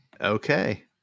Okay